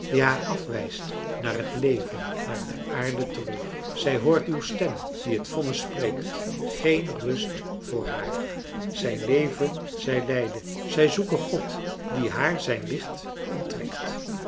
haar afwijst naar het leven naar de aarde terug zij hoort uw stem die het vonnis spreekt geen rust voor haar zij leve zij lijde zij zoeke god die haar zijn licht onttrekt